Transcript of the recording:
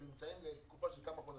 הם נמצאים לתקופה של כמה חודשים.